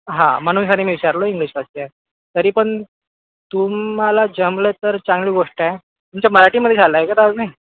म्हणून तरी मी विचारलं इंग्लिश कशी आहे तरी पण तुम्हाला जमलं तर चांगली गोष्ट आहे तुमचं मराठीमध्ये झालं आहे का दहावी